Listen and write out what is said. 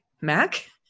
Mac